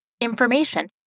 information